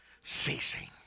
ceasing